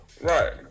Right